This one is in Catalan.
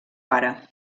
pare